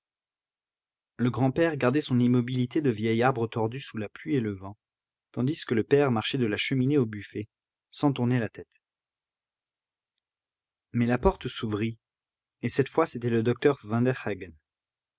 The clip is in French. le grand-père gardait son immobilité de vieil arbre tordu sous la pluie et le vent tandis que le père marchait de la cheminée au buffet sans tourner la tête mais la porte s'ouvrit et cette fois c'était le docteur